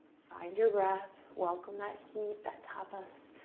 find your breath, welcome that heat, that tapas,